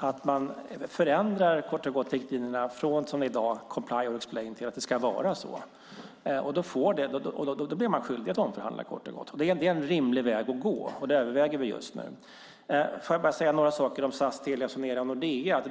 att man förändrar riktlinjerna från comply or explain till att det ska vara så. Då blir man kort och gott skyldig att omförhandla. Det är en rimlig väg att gå. Det överväger vi just nu. Jag vill säga några saker om SAS, Telia Sonera och Nordea.